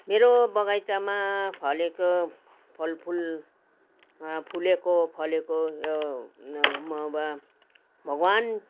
मेरो बगैँचामा फलेको फलफुल फुलेको फलेको यो भगवान्